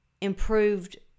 improved